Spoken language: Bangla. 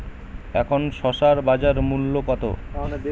এখন শসার বাজার মূল্য কত?